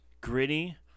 gritty